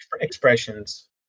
expressions